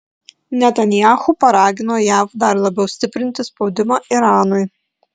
netanyahu paragino jav dar labiau stiprinti spaudimą iranui